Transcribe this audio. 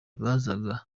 bazaga